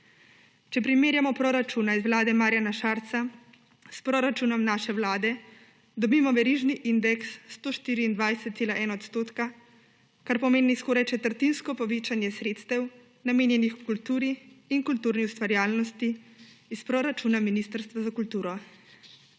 Če primerjamo proračuna iz vlade Marjana Šarca s proračunom naše vlade, dobimo verižni indeks 124,1 %, kar pomeni skoraj četrtinsko povečanje sredstev, namenjenih kulturi in kulturni ustvarjalnosti iz proračuna Ministrstva za kulturo.